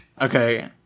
Okay